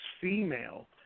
female